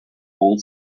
old